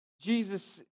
Jesus